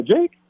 Jake